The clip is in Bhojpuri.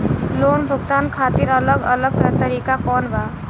लोन भुगतान खातिर अलग अलग तरीका कौन बा?